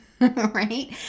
right